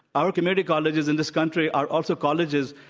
our community colleges in this country are also colleges,